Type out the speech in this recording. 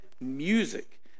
music